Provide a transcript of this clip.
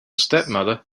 stepmother